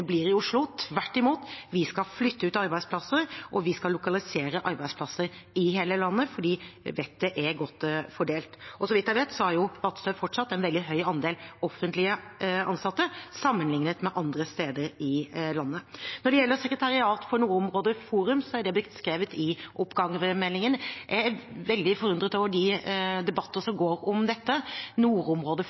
blir i Oslo. Vi skal tvert imot flytte ut arbeidsplasser og lokalisere arbeidsplasser i hele landet fordi vettet er godt fordelt. Så vidt jeg vet, har Vadsø fortsatt en veldig høy andel offentlig ansatte sammenlignet med andre steder i landet. Når det gjelder sekretariat for Nordområdeforum, er det beskrevet i oppgavemeldingen. Jeg er veldig forundret over debattene om dette. Nordområdeforum er beskrevet i oppgavemeldingen. Det er et forum som